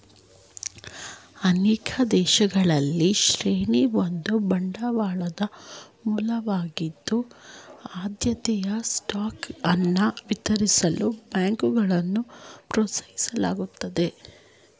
ಅನೇಕ ದೇಶಗಳಲ್ಲಿ ಶ್ರೇಣಿ ಒಂದು ಬಂಡವಾಳದ ಮೂಲವಾಗಿ ಆದ್ಯತೆಯ ಸ್ಟಾಕ್ ಅನ್ನ ವಿತರಿಸಲು ಬ್ಯಾಂಕ್ಗಳನ್ನ ಪ್ರೋತ್ಸಾಹಿಸಲಾಗುತ್ತದೆ